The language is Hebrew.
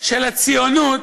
של הציונות,